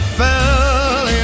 fell